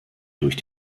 durch